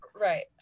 Right